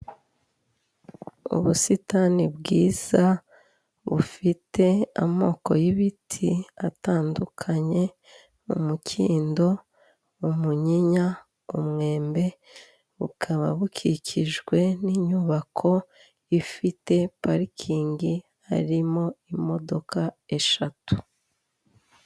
Ubusitani bwiza bufite amoko y'ibiti atandukanye umukindo, umunyinya, umwembe bukaba bukikijwe n'inyubako ifite parikingi harimo imodoka eshatu.